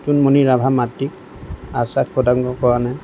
জোনমনি ৰাভাৰ মাতৃক আশ্বাস প্ৰদান কৰা নাই